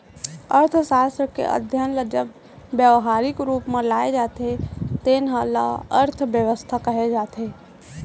अर्थसास्त्र के अध्ययन ल जब ब्यवहारिक रूप म लाए जाथे तेन ल अर्थबेवस्था कहे जाथे